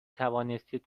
توانستید